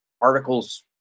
articles